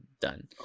done